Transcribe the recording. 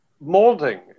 molding